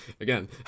again